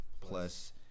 plus